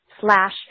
slash